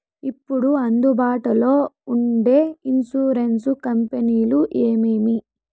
ఇప్పుడు అందుబాటులో ఉండే ఇన్సూరెన్సు కంపెనీలు ఏమేమి?